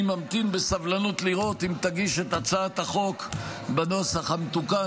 אני ממתין בסבלנות לראות אם תגיש את הצעת החוק בנוסח המתוקן,